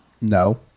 no